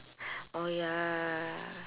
oh ya